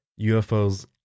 UFOs